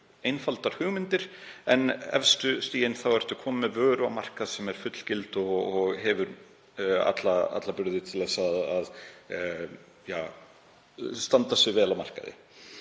einfaldar hugmyndir en á efstu stigum ertu kominn með vöru á markað sem er fullgild og hefur alla burði til að gera það gott á markaði.